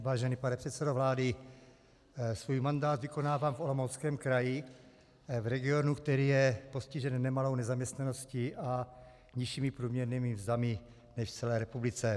Vážený pane předsedo vlády, svůj mandát vykonávám v Olomouckém kraji, v regionu, který je postižen nemalou nezaměstnaností a nižšími průměrnými mzdami, než je v celé republice.